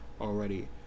already